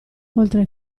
oltre